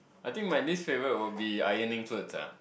I think my least favorite will be ironing clothes ah